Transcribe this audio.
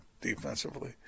defensively